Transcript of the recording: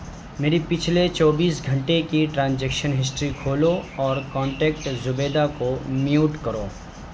میری پچھلے چوبیس گھنٹے کی ٹرانزیکشن ہسٹری کھولو اور کانٹیکٹ زبیدہ کو میوٹ کرو